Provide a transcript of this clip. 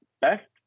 best